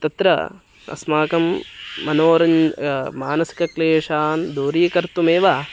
तत्र अस्माकं मनोरञ्जनं मानसिकक्लेशान् दूरीकर्तुमेव